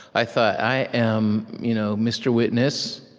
i thought, i am you know mr. witness,